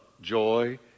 joy